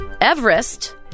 Everest